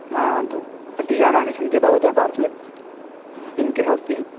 आं तु कति यानानि सन्ति भवतः पार्श्वे किं किम् अस्ति